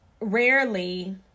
rarely